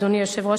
אדוני היושב-ראש,